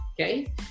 Okay